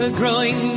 growing